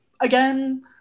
again